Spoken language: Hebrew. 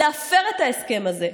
להפר את ההסכם הזה.